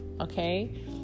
Okay